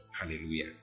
Hallelujah